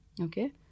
okay